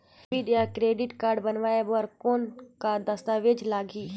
Debit या credit card बनवाय बर कौन का दस्तावेज लगही?